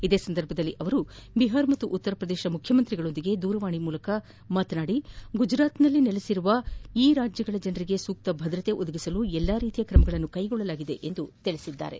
ಇದೇ ಸಂದರ್ಭದಲ್ಲಿ ಅವರು ಬಿಹಾರ ಹಾಗೂ ಉತ್ತರಪ್ರದೇಶ ಮುಖ್ಯಮಂತ್ರಿಗಳೊಂದಿಗೆ ದೂರವಾಣಿ ಮೂಲಕ ಮಾತನಾಡಿ ಗುಜರಾತಿನಲ್ಲಿರುವ ಆ ರಾಜ್ಗಳ ಜನರಿಗೆ ಸೂಕ್ತ ಭದ್ರತೆ ಒದಗಿಸಲು ಎಲ್ಲಾ ರೀತಿಯ ಕ್ರಮ ಕೈಗೊಳ್ಳಲಾಗಿದೆ ಎಂದು ತಿಳಿಸಿದ್ದಾರೆ